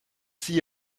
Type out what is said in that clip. see